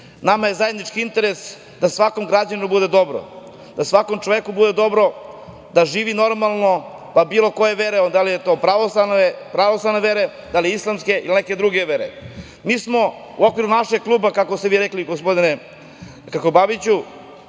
nama je zajednički interes da svakom građaninu bude dobre, da svakom čoveku bude dobro, da živi normalno, pa bilo koje je vere, da li je pravoslavne vere, da li islamske ili neke druge vere. Mi smo, u okviru našeg kluba, kako ste vi rekli, gospodine Krkobabiću,